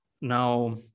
now